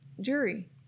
jury